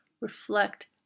reflect